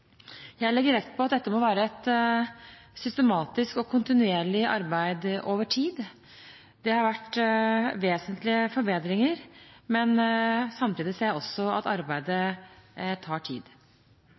Jeg legger vekt på at dette må være et systematisk og kontinuerlig arbeid over tid. Det har vært vesentlige forbedringer, men samtidig ser jeg også at arbeidet